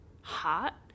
hot